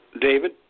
David